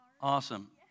awesome